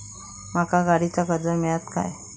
माका गाडीचा कर्ज मिळात काय?